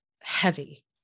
heavy